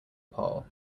pole